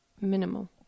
minimal